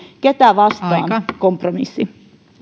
ketä vastaan kompromissi